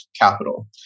capital